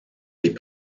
des